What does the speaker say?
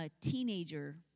teenager